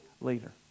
leader